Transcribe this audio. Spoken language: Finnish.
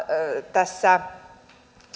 tässä